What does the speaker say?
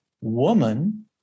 woman